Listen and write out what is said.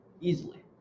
easily